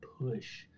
push